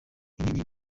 intinyi